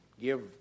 give